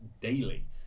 daily